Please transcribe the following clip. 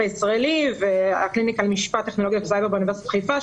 הישראלי והקליניקה למשפט וטכנולוגיות סייבר באוניברסיטת חיפה,